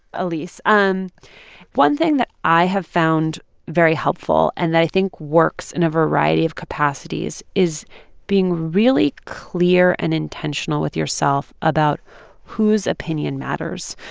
elise. and one thing that i have found very helpful and that i think works in a variety of capacities is being really clear and intentional with yourself about whose opinion matters.